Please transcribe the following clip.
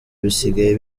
bisigaye